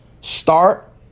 start